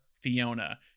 Fiona